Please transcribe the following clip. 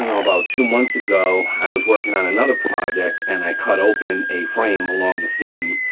and about two months ago, i was working on another project and i cut open a frame along the seam,